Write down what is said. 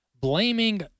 blaming